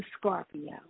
Scorpio